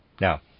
Now